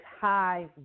high